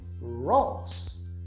Ross